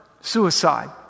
suicide